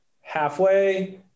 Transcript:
halfway